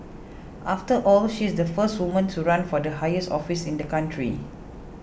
after all she's the first woman to run for the highest office in the country